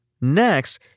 Next